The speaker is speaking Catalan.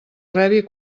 rebi